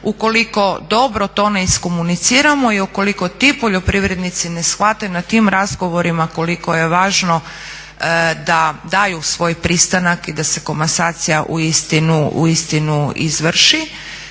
Ukoliko dobro to ne iskomuniciramo i ukoliko ti poljoprivrednici ne shvate na tim razgovorima koliko je važno da daju svoj pristanak i da se komasacija uistinu izvrši